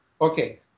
Okay